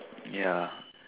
ya